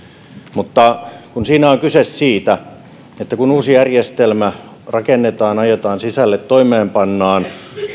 mutta siinä on kyse siitä että kun uusi järjestelmä rakennetaan ajetaan sisälle toimeenpannaan